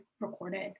recorded